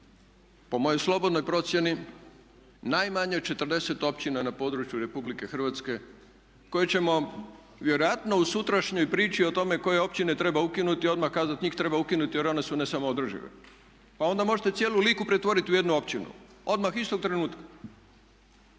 po mojoj slobodnoj procjeni najmanje 40 općina na području Republike Hrvatske koje ćemo vjerojatno u sutrašnjoj priči o tome koje općine treba ukinuti odmah kazati njih treba ukinuti jer one su ne samoodržive. Pa onda možete cijelu Liku pretvoriti u jednu općinu, odmah istog trenutka